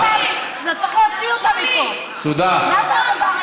חבר הכנסת ג'מאל זחאלקה, תודה רבה.